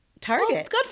Target